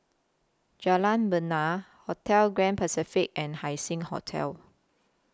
Jalan Bena Hotel Grand Pacific and Haising Hotel